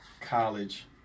college